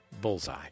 Bullseye